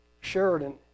Sheridan